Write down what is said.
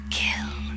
kill